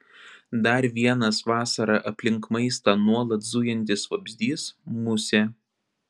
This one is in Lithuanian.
dar vienas vasarą aplink maistą nuolat zujantis vabzdys musė